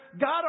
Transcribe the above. God